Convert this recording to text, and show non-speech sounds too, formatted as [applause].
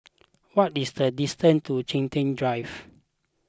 [noise] what is the distance to Chiltern Drive